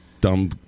dumb